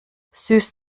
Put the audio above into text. süß